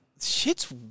shit's